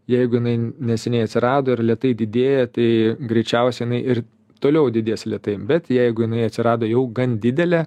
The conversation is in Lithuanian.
jeigu neseniai atsirado ir lėtai didėja tai greičiausia jinai ir toliau didės lėtai bet jeigu jinai atsirado jau gan didelė